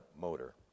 motor